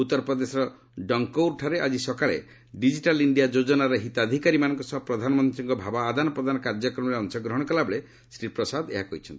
ଉତ୍ତରପ୍ରଦେଶର ଡଙ୍କଉର୍ଠାରେ ଆଜି ସକାଳେ ଡିଜିଟାଲ୍ ଇଣ୍ଡିଆ ଯୋଜନାର ହିତାଧିକାରୀମାନଙ୍କ ସହ ପ୍ରଧାନମନ୍ତ୍ରୀଙ୍କ ଭାବଆଦାନ ପ୍ରଦାନ କାର୍ଯ୍ୟକ୍ରମରେ ଅଂଶଗ୍ରହଣ କଲାବେଳେ ଶ୍ରୀ ପ୍ରସାଦ ଏହା କହିଛନ୍ତି